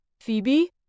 Phoebe